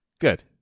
Good